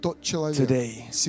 today